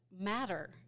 matter